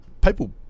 People